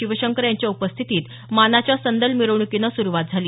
शिवशंकर यांच्या उपस्थितीत मानाच्या संदल मिरवणुकीनं सुरुवात झाली